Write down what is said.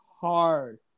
hard